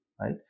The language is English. Right